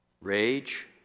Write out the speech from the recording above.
rage